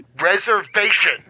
Reservation